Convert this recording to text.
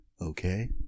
okay